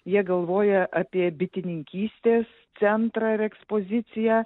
jie galvoja apie bitininkystės centrą ir ekspoziciją